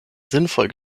sinnvoll